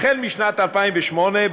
החל משנת 2008,